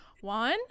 One